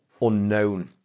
unknown